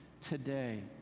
today